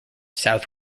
south